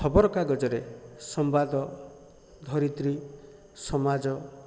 ଖବରକାଗଜରେ ସମ୍ବାଦ ଧରିତ୍ରୀ ସମାଜ